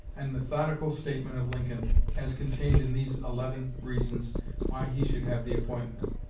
and methodical statement of lincoln as contained in these eleven reasons why he should have the appointment.